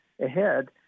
ahead